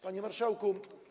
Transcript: Panie Marszałku!